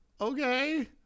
okay